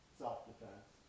self-defense